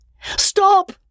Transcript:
Stop